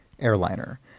airliner